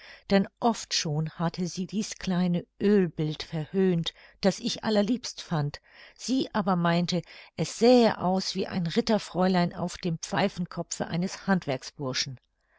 denn oft schon hatte sie dies kleine oelbild verhöhnt das ich allerliebst fand sie aber meinte es sähe aus wie ein ritterfräulein auf dem pfeifenkopfe eines handwerksburschen